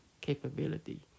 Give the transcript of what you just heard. capability